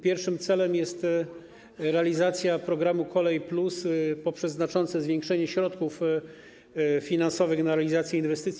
Pierwszym celem jest realizacja programu ˝Kolej+˝ poprzez znaczące zwiększenie środków finansowych na realizację inwestycji.